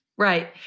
Right